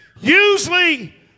Usually